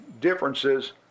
differences